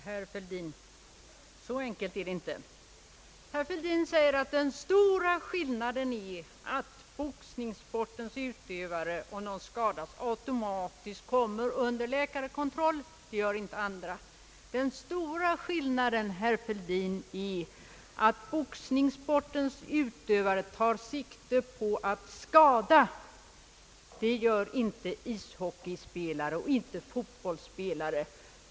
Herr talman! Ånej, herr Fälldin, så enkelt är det inte. Herr Fälldin säger att den stora skillnaden är att boxningssportens utövare, om de skadas, automatiskt kommer under läkarkontroll men inte andra utövare av sport. Den stora skillnaden, herr Fälldin, är att boxningssportens utövare tar sikte på att skada. Det gör inte ishockeyspelare och inte fotbollsspelare.